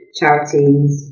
charities